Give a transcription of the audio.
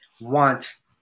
want